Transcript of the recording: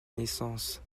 naissance